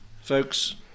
Folks